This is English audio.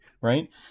right